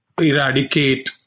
eradicate